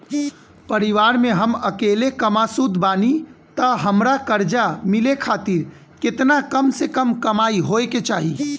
परिवार में हम अकेले कमासुत बानी त हमरा कर्जा मिले खातिर केतना कम से कम कमाई होए के चाही?